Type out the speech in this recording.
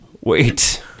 wait